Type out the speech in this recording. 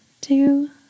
two